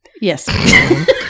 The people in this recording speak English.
Yes